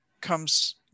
comes